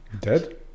Dead